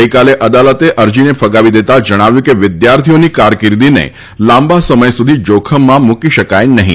ગઈકાલે અદાલતે અરજીને ફગાવી દેતાં જણાવ્યું કે વિદ્યાર્થીઓની કારકિર્દીને લાંબા સમય સુધી જોખમમાં મુકી શકાય નહીં